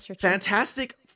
fantastic